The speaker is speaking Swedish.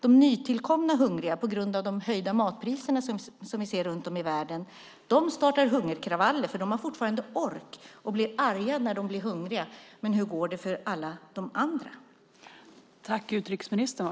De nytillkomna hungriga - en följd av de höjda matpriser vi ser runt om i världen - startar hungerkravaller. De har fortfarande ork och blir arga när de blir hungriga. Men hur går det för alla de andra?